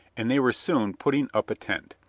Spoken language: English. and they were soon putting up a tent.